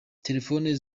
telefone